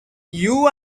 you